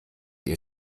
ihr